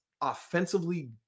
offensively